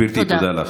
גברתי, תודה לך.